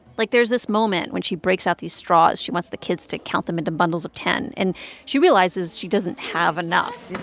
like, there's this moment when she breaks out these straws. she wants the kids to count them into bundles of ten, and she realizes she doesn't have enough it's